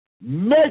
Make